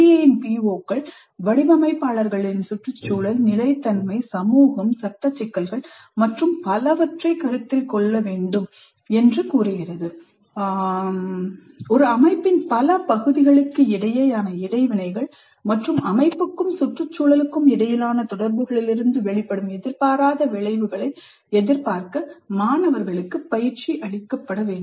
NBAஇன் POக்கள் வடிவமைப்பாளர்கள் சுற்றுச்சூழல் நிலைத்தன்மை சமூகம் சட்ட சிக்கல்கள் மற்றும் பலவற்றைக் கருத்தில் கொள்ள வேண்டும் என கூறுகிறது ஒரு அமைப்பின் பல பகுதிகளுக்கிடையேயான இடைவினைகள் மற்றும் அமைப்புக்கும் சுற்றுச்சூழலுக்கும் இடையிலான தொடர்புகளிலிருந்து வெளிப்படும் எதிர்பாராத விளைவுகளை எதிர்பார்க்க மாணவர்களுக்கு பயிற்சி அளிக்கப்பட வேண்டும்